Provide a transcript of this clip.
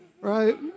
Right